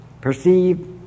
perceive